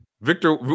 Victor